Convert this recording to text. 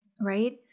right